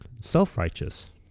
self-righteous